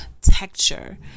texture